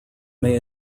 may